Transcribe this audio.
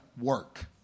Work